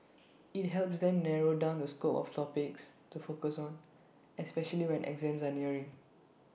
IT helps them narrow down the scope of topics to focus on especially when exams are nearing